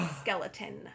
skeleton